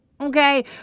Okay